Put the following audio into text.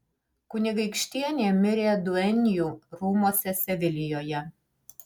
kunigaikštienė mirė duenjų rūmuose sevilijoje